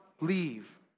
leave